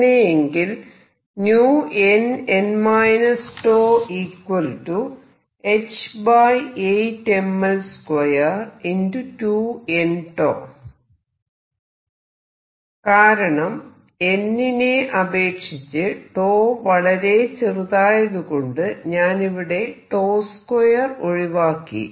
അങ്ങനെയെങ്കിൽ കാരണം n നെ അപേക്ഷിച്ച് 𝞃 വളരെ ചെറുതായതുകൊണ്ടു ഞാനിവിടെ 𝞃2 ഒഴിവാക്കി